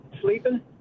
sleeping